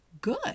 good